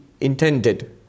intended